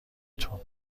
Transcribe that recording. تون